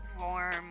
warm